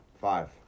Five